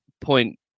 point